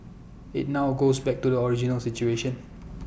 IT now goes back to the original situation